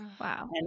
wow